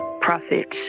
profits